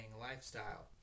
lifestyle